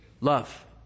love